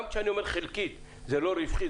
גם כשאני אומר "חלקי" זה לא רווחי,